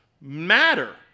matter